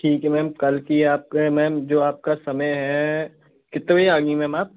ठीक है मैम कल की आपके मैम जो आपका समय है कितने बजे आएँगी मैम आप